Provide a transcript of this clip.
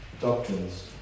doctrines